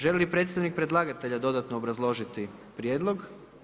Želi li predstavnik predlagatelja dodano obrazložiti prijedlog?